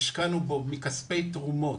השקענו בו מכספי תרומות,